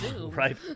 right